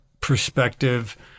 perspective